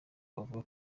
bavuga